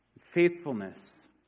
faithfulness